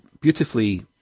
beautifully